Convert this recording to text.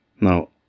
Now